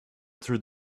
through